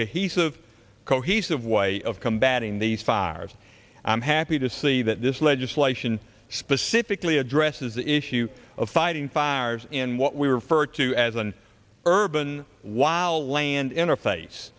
cohesive cohesive way of combating these fires i'm happy to see that this legislation specifically addresses the issue of fighting fires in what we refer to as an urban while land interface